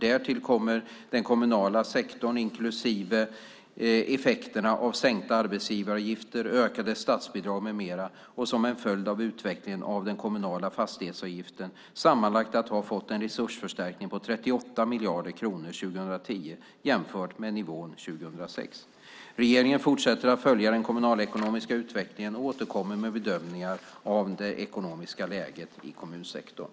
Därmed kommer den kommunala sektorn, inklusive effekterna av sänkta arbetsgivaravgifter, ökade statsbidrag med mera och som en följd av utvecklingen av den kommunala fastighetsavgiften, sammanlagt att ha fått en resursförstärkning på 38 miljarder kronor 2010 jämfört med nivån 2006. Regeringen fortsätter att följa den kommunalekonomiska utvecklingen och återkommer med bedömningar av det ekonomiska läget i kommunsektorn.